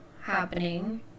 happening